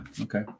okay